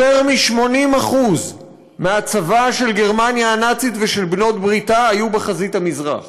יותר מ-80% מהצבא של גרמניה הנאצית ושל בעלות בריתה היו בחזית המזרח,